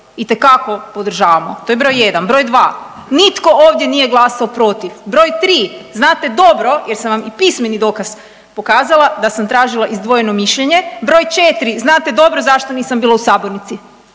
itekako podržavamo. To je broj jedan. Broj dva, nitko ovdje nije glasao protiv. Broj tri, znate dobro jer sam vam i pismeni dokaz pokazala da sam tražila izdvojeno mišljenje. Broj četiri, znate dobro zašto nisam bila u sabornici